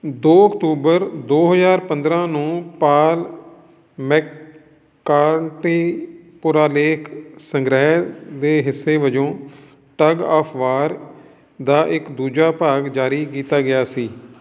ਦੋ ਅਕਤੂਬਰ ਦੋ ਹਜ਼ਾਰ ਪੰਦਰਾਂ ਨੂੰ ਪਾਲ ਮੈਕਕਾਰਟੀ ਪੁਰਾਲੇਖ ਸੰਗ੍ਰਹਿ ਦੇ ਹਿੱਸੇ ਵਜੋਂ ਟਗ ਆਫ਼ ਵਾਰ ਦਾ ਇੱਕ ਦੂਜਾ ਭਾਗ ਜਾਰੀ ਕੀਤਾ ਗਿਆ ਸੀ